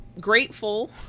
grateful